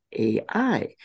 ai